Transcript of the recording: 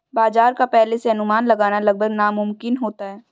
बाजार का पहले से अनुमान लगाना लगभग नामुमकिन होता है